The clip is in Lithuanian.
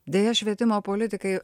deja švietimo politikai